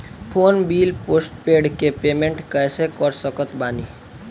Phone bill postpaid के payment कैसे कर सकत बानी?